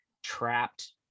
trapped